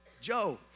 Joe